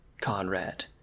Conrad